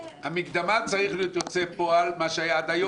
המקדמה צריך להיות יוצא פועל מה שהיה עד היום